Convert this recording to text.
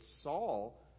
Saul